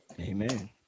Amen